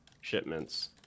shipments